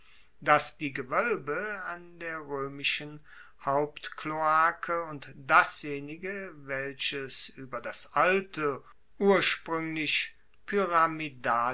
dass die gewoelbe an der roemischen hauptkloake und dasjenige welches ueber das alte urspruenglich